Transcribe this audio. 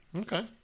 Okay